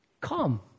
come